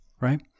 Right